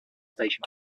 station